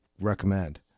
recommend